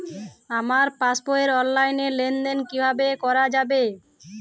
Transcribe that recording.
আমার পাসবই র অনলাইন লেনদেন কিভাবে করা যাবে?